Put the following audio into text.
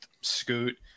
Scoot